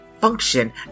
function